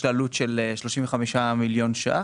יש לה עלות של 35 מיליון ₪.